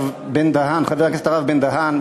חבר הכנסת הרב בן-דהן,